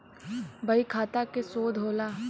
बहीखाता के शोध होला